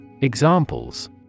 Examples